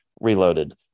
Reloaded